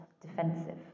defensive